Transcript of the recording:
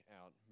out